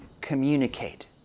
communicate